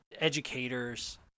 educators